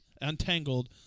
untangled